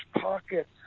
pockets